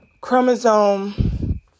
chromosome